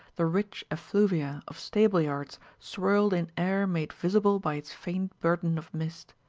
the rich effluvia of stable-yards swirled in air made visible by its faint burden of mist.